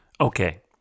Okay